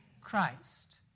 Christ